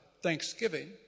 Thanksgiving